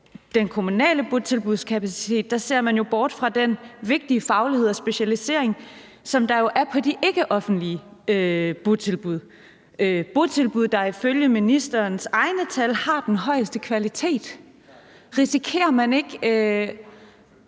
den kommunale botilbudskapacitet ser man jo bort fra den vigtige faglighed og specialisering, som der er på de ikkeoffentlige tilbud – botilbud, der ifølge ministerens egne tal har den højeste kvalitet. Risikerer man ikke